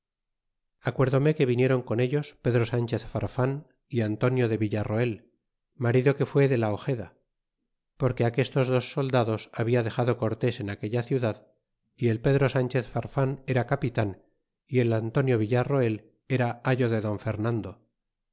acuérdome que viniéron con ellos pedro sandez farfan y antonio de villarroel marido que fue de la ojeda porque aquestos dos soldados habla dexado cortés en aquella ciudad y el pedro san chez l'arfan era capitan y el antonio villarroel era ayo de don fernando